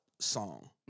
song